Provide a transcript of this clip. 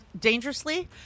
dangerously